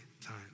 time